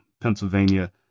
Pennsylvania